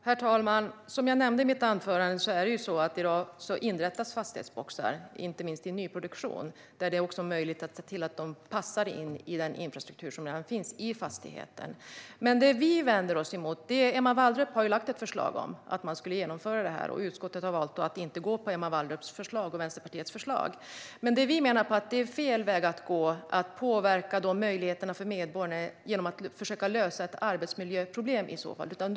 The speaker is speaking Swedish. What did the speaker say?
Herr talman! Som jag nämnde i mitt anförande inrättas fastighetsboxar i dag, inte minst i nyproduktion, där det också är möjligt att se till att de passar in i den infrastruktur som redan finns i fastigheten. Emma Wallrup har lagt fram ett förslag om att man skulle genomföra detta, men utskottet har valt att inte gå in på hennes och Vänsterpartiets förslag. Vi menar att det är fel väg att gå att påverka möjligheterna för medborgarna för att man vill försöka lösa ett arbetsmiljöproblem på posten.